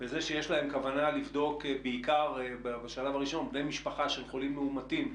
וזה שיש להם כוונה לבדוק בעיקר בשלב הראשון בני משפחה של חולים מאומתים,